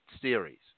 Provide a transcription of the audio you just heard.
series